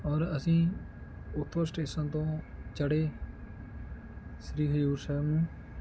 ਔਰ ਅਸੀਂ ਉਥੋਂ ਸਟੇਸ਼ਨ ਤੋਂ ਚੜ੍ਹੇ ਸ਼੍ਰੀ ਹਜੂਰ ਸਾਹਿਬ ਨੂੰ